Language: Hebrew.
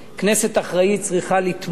כנסת אחראית צריכה לתמוך